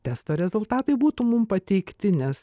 testo rezultatai būtų mum pateikti nes